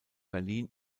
berlin